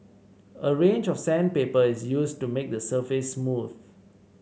a range of sandpaper is used to make the surface smooth